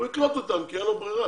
הוא יקלוט אותם כי אין לו ברירה.